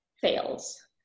fails